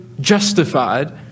justified